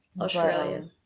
Australia